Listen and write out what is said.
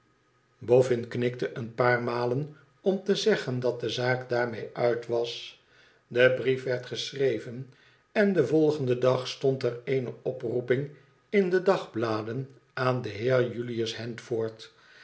boffin knikte een paar malen om te zeggen dat de zaak daarmee uit was de brief werd geschreven en den volgenden dag stond er eene oproeping in de dagbladen aan den heer jülius handford